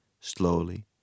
slowly